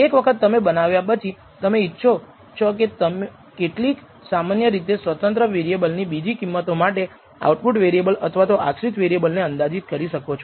એક વખત તમે બનાવ્યા પછી તમે ઇચ્છો કે તે કેટલીક સામાન્ય રીતે સ્વતંત્ર વેરિયેબલ ની બીજી કિંમતો માટે આઉટપુટ વેરિયેબલ અથવા તો આશ્રિત વેરિયેબલ ને અંદાજિત કરી શકે છે